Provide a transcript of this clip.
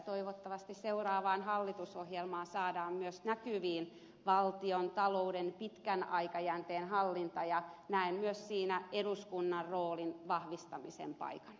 toivottavasti seuraavaan hallitusohjelmaan saadaan myös näkyviin valtiontalouden pitkän aikajänteen hallinta ja näen myös siinä eduskunnan roolin vahvistamisen paikan